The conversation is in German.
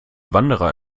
wanderer